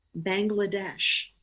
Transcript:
Bangladesh